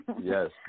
Yes